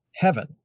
heaven